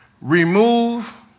Remove